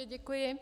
Děkuji.